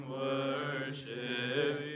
worship